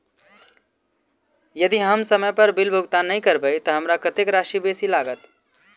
यदि हम समय पर बिल भुगतान नै करबै तऽ हमरा कत्तेक राशि बेसी लागत?